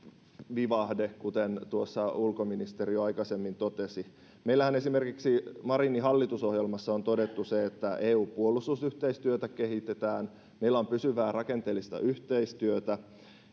vivahde kuten ulkoministeri jo aikaisemmin totesi meillähän esimerkiksi marinin hallitusohjelmassa on todettu se että eun puolustusyhteistyötä kehitetään meillä on pysyvää rakenteellista yhteistyötä